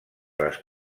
les